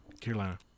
Carolina